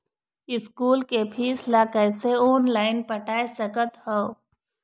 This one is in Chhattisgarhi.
स्कूल के फीस ला कैसे ऑनलाइन पटाए सकत हव?